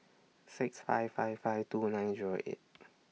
six five five five two nine Zero eight